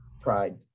pride